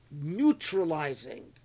neutralizing